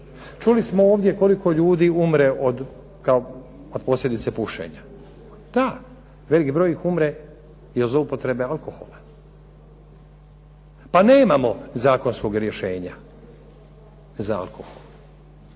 Čuli smo ovdje koliko ljudi umre od posljedica pušenja. Da, velik broj ih umre i od upotrebe alkohola. Pa nemamo zakonskog rješenja za alkohol.